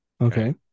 Okay